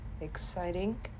exciting